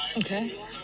Okay